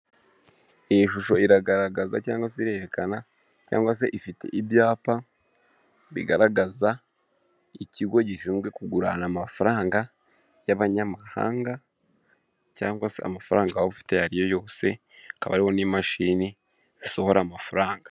Iyi shusho iragaragaza cyangwa se irerekana cyangwa se ifite ibyapa bigaragaza ikigo gishinzwe kugurana amafaranga y'abanyamahanga, cyangwa se amafaranga waba ufite ayo ariyo yose, hakaba hariho n'imashini zisohora amafaranga.